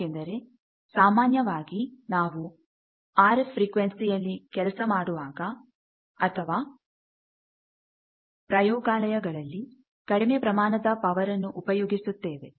ಯಾಕೆಂದರೆ ಸಾಮಾನ್ಯವಾಗಿ ನಾವು ಆರ್ ಎಫ್ ಫ್ರಿಕ್ವೆನ್ಸಿಯಲ್ಲಿ ಕೆಲಸ ಮಾಡುವಾಗ ಅಥವಾ ಪ್ರಯೋಗಾಲಯಗಳಲ್ಲಿ ಕಡಿಮೆ ಪ್ರಮಾಣದ ಪವರ್ ಅನ್ನು ಉಪಯೋಗಿಸುತ್ತೇವೆ